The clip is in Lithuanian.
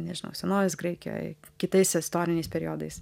nežinau senovės graikijoj kitais istoriniais periodais